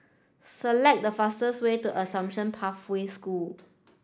select the fastest way to Assumption Pathway School